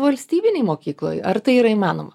valstybinėj mokykloj ar tai yra įmanoma